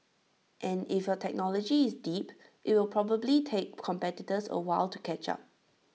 and if your technology is deep IT will probably take competitors A while to catch up